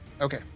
Okay